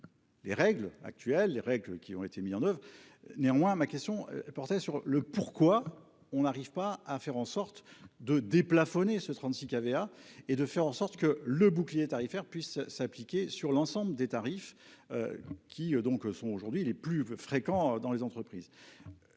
Les règles actuelles les règles qui ont été mis en oeuvre. Néanmoins ma question portait sur le pourquoi on n'arrive pas à faire en sorte de déplafonner ce 36 qui avait à et de faire en sorte que le bouclier tarifaire puisse s'appliquer sur l'ensemble des tarifs. Qui donc sont aujourd'hui il est plus fréquent dans les entreprises.